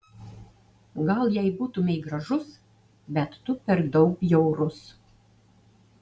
gal jei būtumei gražus bet tu per daug bjaurus